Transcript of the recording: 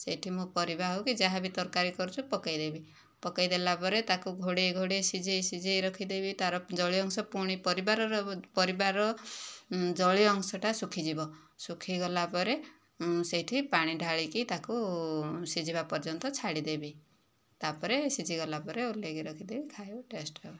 ସେହିଠି ମୁଁ ପରିବା ହେଉ କି ଯାହା ବି ତରକାରି କରିଛୁ ପକାଇ ଦେବି ପକାଇ ଦେଲା ପରେ ତାକୁ ଘୋଡ଼ାଇ ଘୋଡ଼ାଇ ଶିଝାଇ ଶିଝାଇ ରଖିଦେବି ତା'ର ଜଳୀୟ ଅଂଶ ପୁଣି ପରିବାର ଜଳୀୟ ଅଂଶଟା ଶୁଖିଯିବ ଶୁଖିଗଲା ପରେ ସେଠି ପାଣି ଢାଳିକି ତାକୁ ସିଝିବା ପର୍ଯ୍ୟନ୍ତ ଛାଡ଼ିଦେବି ତା'ପରେ ସିଝିଗଲା ପରେ ଓହ୍ଲାଇକି ରଖିଦେବି ଖାଇବ ଟେଷ୍ଟ ହେବ